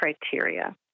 criteria